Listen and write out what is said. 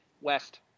West